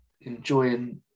enjoying